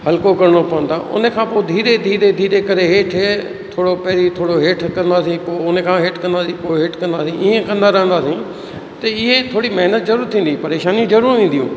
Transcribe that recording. हल्को करिणो पवंदो आहे उनखां पोइ धीरे धीरे धीरे करे हेठि थोड़ो पहिरियों थोरो हेठि कंदासीं पोइ उनखां हेठि कंदासीं पोइ हेठि कंदासी ईंअ कंदा रहंदासीं त इहा थोरी महिनत ज़रूरु थींदी परेशानी ज़रूरु ईंदियूं